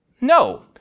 No